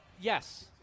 yes